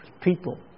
People